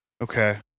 Okay